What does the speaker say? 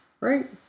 Right